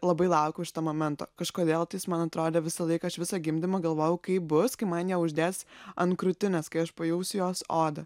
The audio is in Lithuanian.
labai laukiau šito momento kažkodėl tai jis man atrodė visą laiką aš visą gimdymą galvojau kaip bus kai man ją neuždės ant krūtinės kai aš pajausiu jos odą